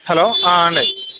hello అండి